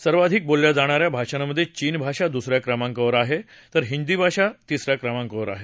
सर्वाधिक बोलल्या जाणाऱ्या भाषांमध्ये चीन भाषा दुसऱ्या क्रमांकावर आहे तर हिदी भाषा तिसऱ्या क्रमांकावर आहे